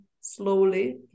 slowly